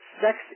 sex